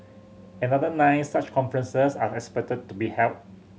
another nine such conferences are expected to be held